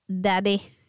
Daddy